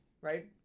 right